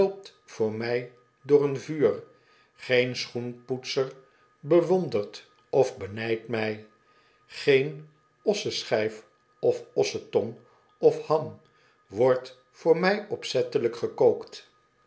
voor mij door een vuur geen schoenpoetser bewondert of benijdt mij geen osseschijf of ossetong of ham wordt voor mij opzettelijk gekookt